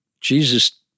Jesus